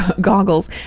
goggles